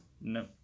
No